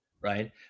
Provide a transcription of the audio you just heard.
right